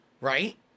Right